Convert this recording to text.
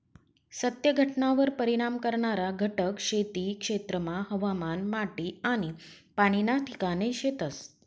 सत्य घटनावर परिणाम करणारा घटक खेती क्षेत्रमा हवामान, माटी आनी पाणी ना ठिकाणे शेतस